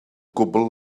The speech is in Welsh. gwbl